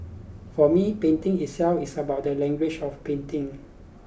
for me painting itself is about the language of painting